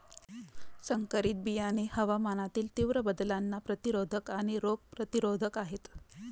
संकरित बियाणे हवामानातील तीव्र बदलांना प्रतिरोधक आणि रोग प्रतिरोधक आहेत